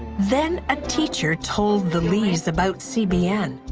than a teacher told elise about cbn,